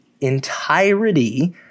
entirety